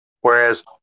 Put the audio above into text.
Whereas